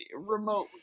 remotely